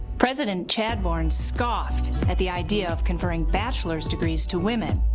president chadbourne scoffed at the idea of conferring bachelor's degrees to women.